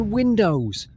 windows